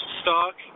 stock